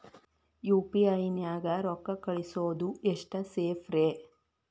UPI ನ್ಯಾಗ ರೊಕ್ಕ ಕಳಿಸೋದು ಎಷ್ಟ ಸೇಫ್ ರೇ?